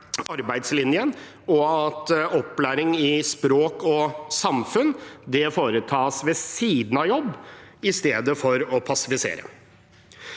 arbeidslinjen og at opplæring i språk og samfunn foretas ved siden av jobb – i stedet for å passivisere.